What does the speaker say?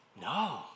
No